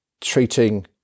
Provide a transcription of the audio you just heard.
treating